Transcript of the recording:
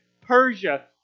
Persia